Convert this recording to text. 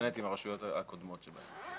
מתחשבנת עם הרשויות הקודמות שלו.